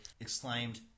Exclaimed